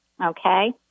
okay